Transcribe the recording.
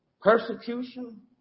Persecution